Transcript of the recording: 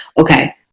okay